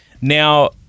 Now